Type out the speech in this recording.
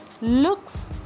Looks